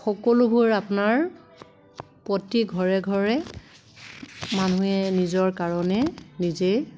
সকলোবোৰ আপোনাৰ প্ৰতি ঘৰে ঘৰে মানুহে নিজৰ কাৰণে নিজেই